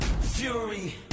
fury